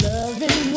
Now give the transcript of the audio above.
Loving